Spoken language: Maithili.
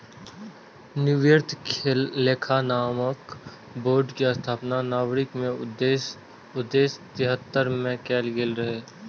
वित्तीय लेखा मानक बोर्ड के स्थापना नॉरवॉक मे उन्नैस सय तिहत्तर मे कैल गेल रहै